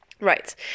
Right